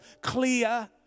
clear